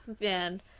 man